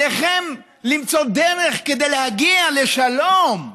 עליכם למצוא דרך כדי להגיע לשלום.